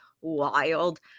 wild